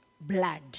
blood